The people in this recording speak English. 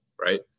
right